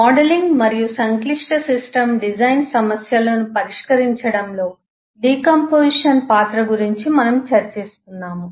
modelling మరియు సంక్లిష్ట system design సమస్యలను పరిష్కరించడంలో డికాంపొజిషన్ పాత్ర గురించి మనము చర్చిస్తున్నాము